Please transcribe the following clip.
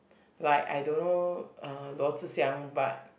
like I don't know uh Luo-Zhi-Xiang but